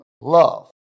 love